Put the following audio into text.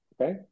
Okay